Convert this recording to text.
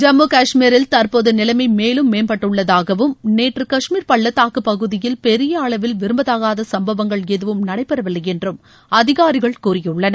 ஜம்மு கஷ்மீரில் தற்போது நிலைமை மேலும் மேம்பட்டுள்ளதாகவும் நேற்று கஷ்மீர் பள்ளத்தாக்கு பகுதியில் பெரிய அளவில் விரும்பதகாத சும்பவங்கள் எதுவும் நடைபெறவில்லை என்றும் அதிகாரிகள் கூறியுள்ளனர்